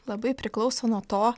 labai priklauso nuo to